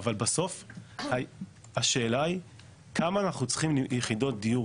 אבל בסוף השאלה היא כמה יחידות דיור